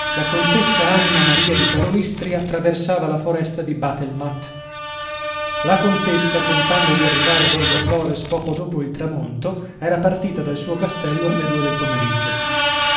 la contessa anna maria di karolystria traversava la foresta di bathelmatt la contessa contando di arrivare a borgoflores poco dopo il tramonto era partita dal suo castello alle due del pomeriggio